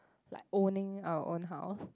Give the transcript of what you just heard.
like owning our own house